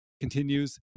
continues